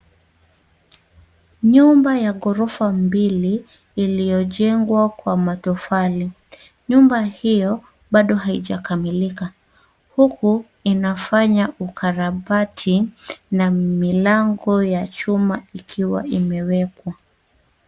Nyumba ya gorofa mbili iliyojengwa kwa matofali. Nyumba hiyo bado haijakamilika huku inafanya ukarabati na milango ya chuma ikiwa imewekwa.